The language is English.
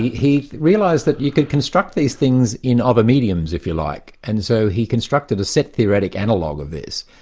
he he realised that you could construct these things in other mediums, if you like, and so he constructed a set theoretical analogue of this,